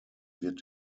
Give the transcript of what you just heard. wird